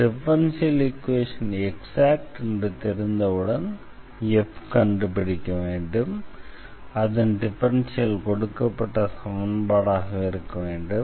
differential equation exact என்று தெரிந்தவுடன் fஐ கண்டுபிடிக்க வேண்டும் அதன் டிஃபரன்ஷியல் கொடுக்கப்பட்ட சமன்பாடாக இருக்க வேண்டும்